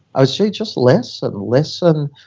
ah say, just listen. listen,